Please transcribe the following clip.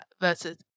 versus